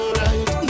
right